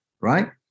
right